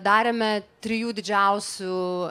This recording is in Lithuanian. darėme trijų didžiausių